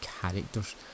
characters